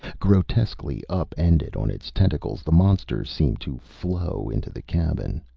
grotesquely up-ended on its tentacles, the monster seemed to flow into the cabin.